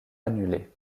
annulée